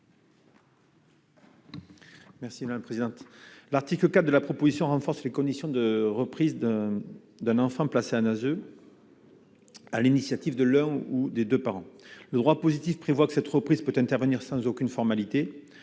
Merci la présidente l'article 4 de la proposition renforce les conditions de reprise d'un d'un enfant placé un naze. à l'initiative de l'homme ou des 2 parents le droit positif prévoit que cette reprise peut intervenir sans aucune formalité,